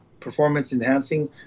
performance-enhancing